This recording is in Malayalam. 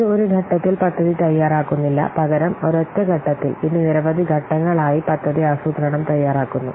ഇത് ഒരു ഘട്ടത്തിൽ പദ്ധതി തയ്യാറാക്കുന്നില്ല പകരം ഒരൊറ്റ ഘട്ടത്തിൽ ഇത് നിരവധി ഘട്ടങ്ങളായി പദ്ധതി ആസൂത്രണം തയ്യാറാക്കുന്നു